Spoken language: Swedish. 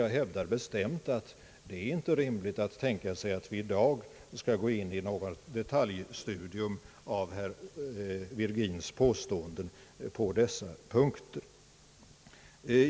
Jag hävdar bestämt, att det inte är rimligt att tänka sig att vi i dag skall gå in i något detaljstudium av herr Virgins påståenden på dessa punkter.